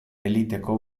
eliteko